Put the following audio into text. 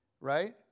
right